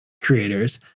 creators